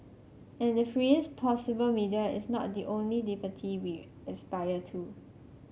and the freest possible media is not the only liberty we aspire to